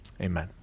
Amen